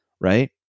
right